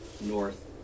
north